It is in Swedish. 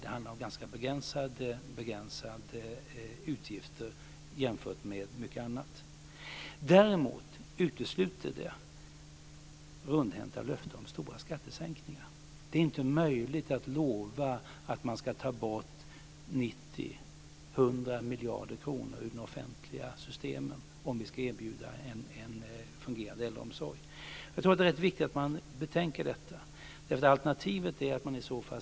Det handlar om ganska begränsade utgifter jämfört med mycket annat. Däremot utesluter det rundhänta löften om stora skattesänkningar. Det är inte möjligt att lova att man ska ta bort 90-100 miljarder kronor ur de offentliga systemen om vi ska erbjuda en fungerande äldreomsorg. Jag tror att det är rätt viktigt att man betänker detta.